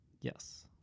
Yes